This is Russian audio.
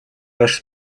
вашей